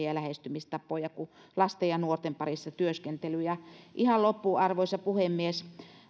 ja lähestymistapoja kuin lasten ja nuorten parissa työskentely ihan loppuun arvoisa puhemies